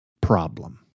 problem